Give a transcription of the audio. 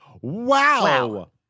Wow